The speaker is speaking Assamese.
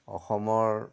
অসমৰ